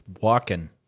walking